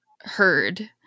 heard